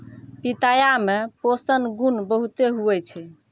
पिताया मे पोषण गुण बहुते हुवै छै